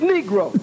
Negro